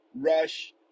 rush